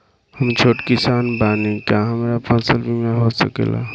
हम छोट किसान बानी का हमरा फसल बीमा हो सकेला?